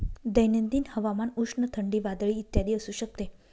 दैनंदिन हवामान उष्ण, थंडी, वादळी इत्यादी असू शकते